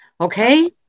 Okay